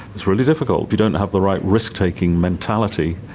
it's really difficult if you don't have the right risk-taking mentality,